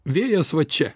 vėjas va čia